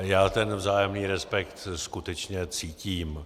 Já ten vzájemný respekt skutečně cítím.